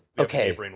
okay